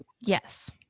yes